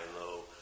low